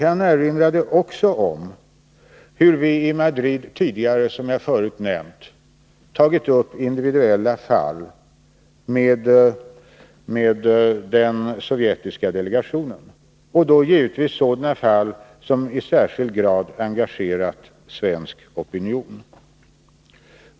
Han erinrade också om hur vi i Madrid tidigare, som jag förut nämnde, tagit upp individuella fall med den sovjetiska delegationen, då givetvis sådana fall som i särskilt hög grad engagerat svensk opinion.